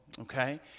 Okay